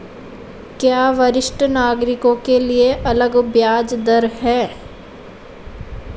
क्या वरिष्ठ नागरिकों के लिए अलग ब्याज दर है?